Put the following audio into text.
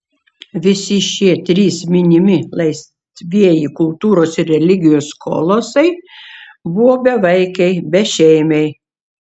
visi šie trys minimi laisvieji kultūros ir religijos kolosai buvo bevaikiai bešeimiai